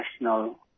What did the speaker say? national